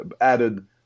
added